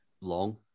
Long